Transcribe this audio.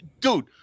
Dude